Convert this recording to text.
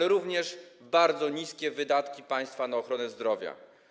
To także bardzo niskie wydatki państwa na ochronę zdrowia.